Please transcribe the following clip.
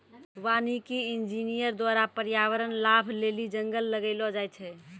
वानिकी इंजीनियर द्वारा प्रर्यावरण लाभ लेली जंगल लगैलो जाय छै